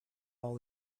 all